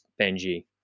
Benji